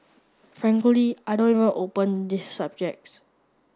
frankly I don't even open this subjects